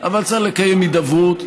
אבל צריך לקיים הידברות,